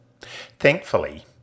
Thankfully